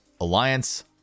Alliance